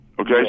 Okay